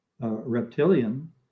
reptilian